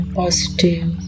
positive